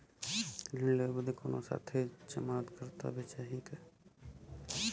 ऋण लेवे बदे कउनो साथे जमानत करता भी चहिए?